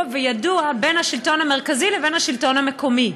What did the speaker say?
וידוע בין השלטון המרכזי לבין השלטון המקומי.